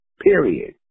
period